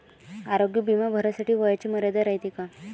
आरोग्य बिमा भरासाठी वयाची मर्यादा रायते काय?